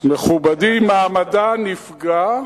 מכובדי, מעמדה נפגע,